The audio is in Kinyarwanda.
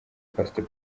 pastor